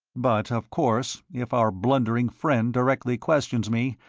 but of course if our blundering friend directly questions me,